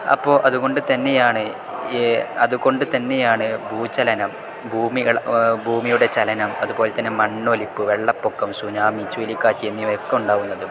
അപ്പോൾ അതുകൊണ്ട് തന്നെയാണ് അതുകൊണ്ട് തന്നെയാണ് ഭൂചലനം ഭൂമികൾ ഭൂമിയുടെ ചലനം അതുപോലെത്തന്നെ മണ്ണൊലിപ്പ് വെള്ളപ്പൊക്കം സുനാമി ചുഴലിക്കാറ്റ് എന്നിവയൊക്കെ ഉണ്ടാവുന്നത്